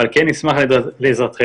אבל כן נשמח לעזרתכם